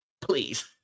please